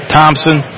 Thompson